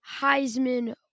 Heisman